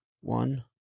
one